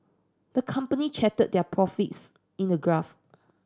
the company charted their profits in a graph